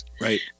Right